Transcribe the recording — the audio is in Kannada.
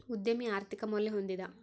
ಉದ್ಯಮಿ ಆರ್ಥಿಕ ಮೌಲ್ಯ ಹೊಂದಿದ